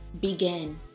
begin